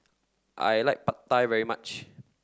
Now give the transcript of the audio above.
I like Pad Thai very much